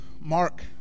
Mark